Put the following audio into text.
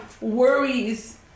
worries